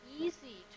easy